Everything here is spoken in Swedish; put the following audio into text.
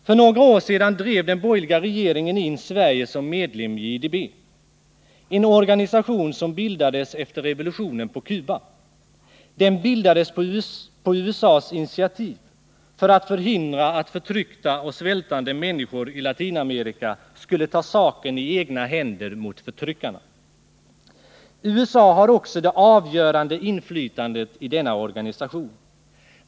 För några år sedan drev den borgerliga regeringen in Sverige som medlem i IDB, en organisation som bildades efter revolutionen på Cuba. Den bildades på USA:s initiativ för att förhindra att förtryckta och svältande människor i Latinamerika skulle ta saken i egna händer och agera mot förtryckarna. USA har också det avgörande inflytandet i denna organisation.